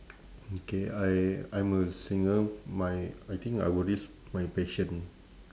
okay I I'm a singer my I think I would risk my passion